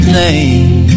name